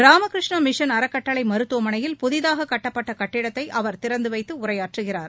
Ramakrishna mission அறக்கட்டளை மருத்துவமனையில் புதிதாக கட்டப்பட்ட கட்டிடத்தை அவர் திறந்து வைத்து உரையாற்றுகிறார்